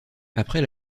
après